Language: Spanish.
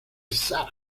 zárate